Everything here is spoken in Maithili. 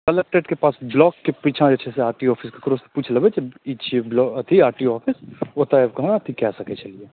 कलेक्टरेटके पास ब्लॉकके पीछाँ जे छै आर टी ओ ऑफिस केकरोसंँ पूछि लेबै ई छियै आर टी ओ ऑफिस ओतऽ आबिके अहाँ अथी कै सकैत छलियै